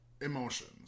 emotions